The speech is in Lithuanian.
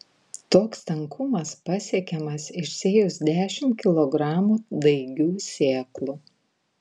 toks tankumas pasiekiamas išsėjus dešimt kilogramų daigių sėklų